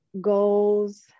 goals